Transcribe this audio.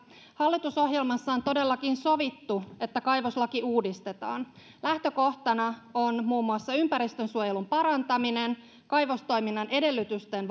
hallitusohjelmassa on todellakin sovittu että kaivoslaki uudistetaan lähtökohtana on muun muassa ympäristönsuojelun parantaminen kaivostoiminnan edellytysten